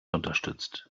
unterstützt